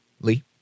Lee